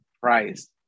price